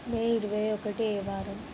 మే ఇరవై ఒకటి ఏ వారం